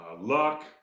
luck